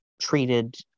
treated